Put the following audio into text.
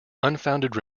unfounded